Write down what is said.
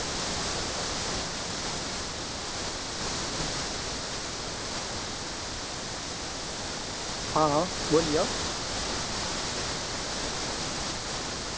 भारतवर्षके यहाँ अबैत रहथिन नालन्दा बिश्बिद्यालयमे बिद्याअध्ययनके लिए आओर यहाँके बिद्याअध्ययन कऽ कऽ धन्य धन्य धन्य धन्य होइत रहथिन